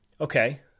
Okay